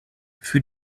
für